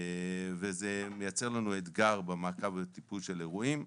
זה מייצר לנו אתגר במעקב טיפול האירועים.